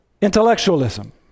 intellectualism